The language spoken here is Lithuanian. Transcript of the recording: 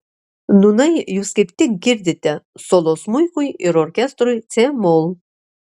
nūnai jūs kaip tik girdite solo smuikui ir orkestrui c mol